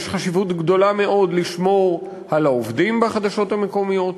יש חשיבות גדולה מאוד לשמור על העובדים בחדשות המקומיות.